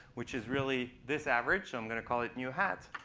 which is really this average. i'm going to call it mu hat